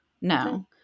No